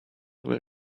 will